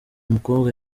mukobwa